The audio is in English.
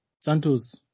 Santos